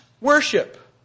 worship